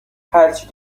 هرچی